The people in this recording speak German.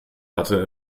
hatte